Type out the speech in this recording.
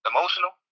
Emotional